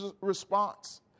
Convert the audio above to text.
response